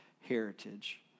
heritage